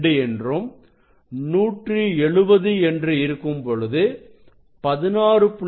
2 என்றும் 170 என்று இருக்கும்பொழுது16